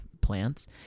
plants